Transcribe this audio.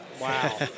Wow